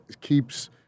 keeps